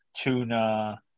tuna